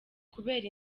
kubera